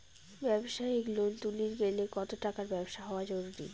ব্যবসায়িক লোন তুলির গেলে কতো টাকার ব্যবসা হওয়া জরুরি?